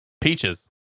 Peaches